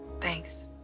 Thanks